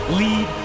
lead